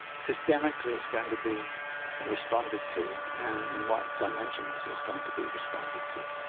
systemically, it's going to be responded to and in what dimensions it's going to be responded to.